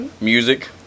music